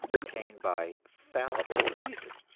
attained by fallible reason.